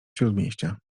śródmieścia